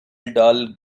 dull